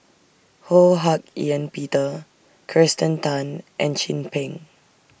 Ho Hak Ean Peter Kirsten Tan and Chin Peng